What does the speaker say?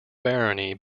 barony